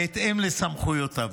בהתאם לסמכויותיו.